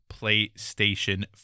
PlayStation